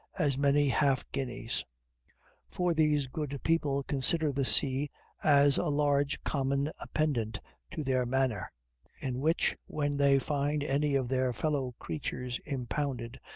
as many half-guineas for these good people consider the sea as a large common appendant to their manor in which when they find any of their fellow-creatures impounded,